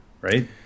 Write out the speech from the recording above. right